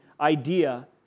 idea